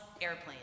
airplanes